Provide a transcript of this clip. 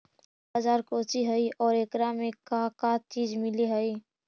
Agri बाजार कोची हई और एकरा में का का चीज मिलै हई?